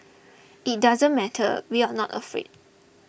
it doesn't matter we are not afraid